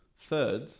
third